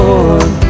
Lord